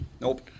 nope